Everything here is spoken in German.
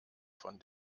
von